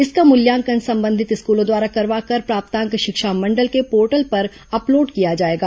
इसका मूल्यांकन संबंधित स्कूलों द्वारा करवाकर प्राप्तांक शिक्षा मंडल के पोर्टल पर अपलोड किया जाएगा